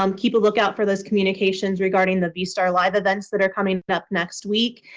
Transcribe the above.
um keep a lookout for those communications regarding the vstar live events that are coming up next week.